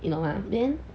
you know lah then